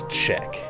check